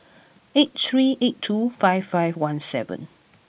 eight three eight two five five one seven